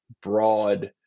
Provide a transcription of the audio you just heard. broad